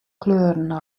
kleuren